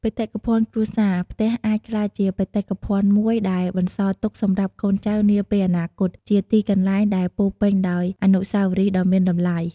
បេតិកភណ្ឌគ្រួសារ ផ្ទះអាចក្លាយជាបេតិកភណ្ឌមួយដែលបន្សល់ទុកសម្រាប់កូនចៅនាពេលអនាគត ជាទីកន្លែងដែលពោរពេញដោយអនុស្សាវរីយ៍ដ៏មានតម្លៃ។